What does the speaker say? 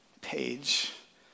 page